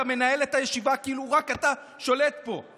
אתה מנהל את הישיבה כאילו רק אתה שולט פה.